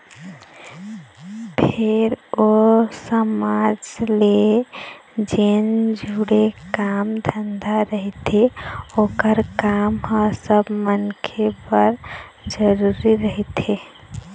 फेर ओ समाज ले जेन जुड़े काम धंधा रहिथे ओखर काम ह सब मनखे बर जरुरी रहिथे